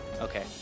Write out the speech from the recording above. Okay